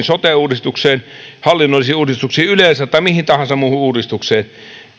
sote uudistukseen hallinnollisiin uudistuksiin yleensä tai mihin tahansa muuhun uudistukseen